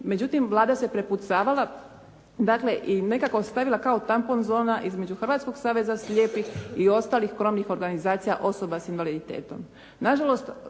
Međutim, Vlada se prepucavala, dakle i nekako stavila kao tampon zona između Hrvatskog saveza slijepih i ostali krovnih organizacija osoba s invaliditetom.